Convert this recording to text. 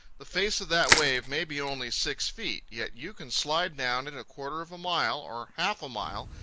the face of that wave may be only six feet, yet you can slide down it a quarter of a mile, or half a mile,